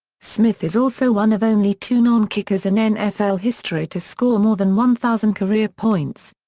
smith is also one of only two non-kickers in nfl history to score more than one thousand career points.